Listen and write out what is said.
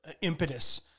impetus